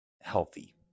healthy